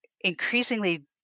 increasingly